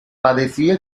padecía